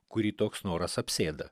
kurį toks noras apsėda